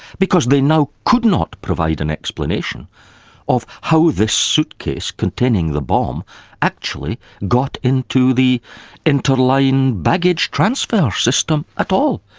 because they now could not provide an explanation of how this suitcase containing the bomb actually got into the interline baggage transfer system at all,